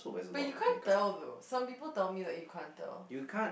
but you can't tell though some people told me that you can't tell